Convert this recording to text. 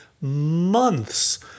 months